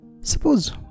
suppose